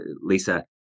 Lisa